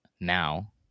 NOW